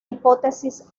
hipótesis